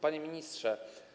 Panie Ministrze!